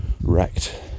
wrecked